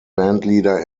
bandleader